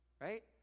right